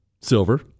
silver